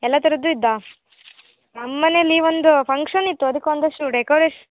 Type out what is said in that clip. ಎಲ್ಲ ಥರದ್ದೂ ಇದ್ಯಾ ನಮ್ಮ ಮನೇಲ್ಲಿ ಒಂದು ಫಂಕ್ಷನ್ ಇತ್ತು ಅದಕ್ಕೊಂದಿಷ್ಟು ಡೆಕೋರೇಶ್